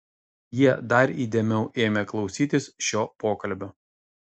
jie dar įdėmiau ėmė klausytis šio pokalbio